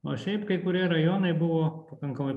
o šiaip kai kurie rajonai buvo pakankamai